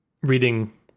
reading